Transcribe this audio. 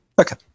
Okay